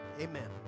amen